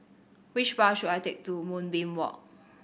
which bus should I take to Moonbeam Walk